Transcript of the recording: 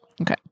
Okay